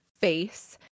face